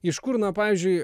iš kur na pavyzdžiui